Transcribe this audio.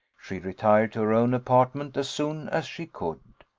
she retired to her own apartment as soon as she could.